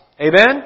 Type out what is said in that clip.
Amen